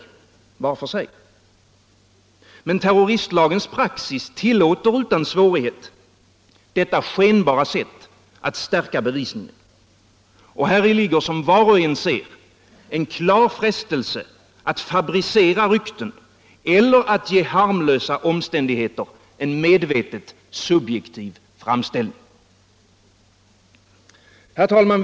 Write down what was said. Men praxis vid tillämpningen av terroristlagen tillåter utan svårighet detta skenbara sätt att stärka bevisningen. Häri ligger som var och en ser en klar frestelse att fabricera rykten eller att ge harmlösa omständigheter en medvetet subjektiv framställning. Herr talman!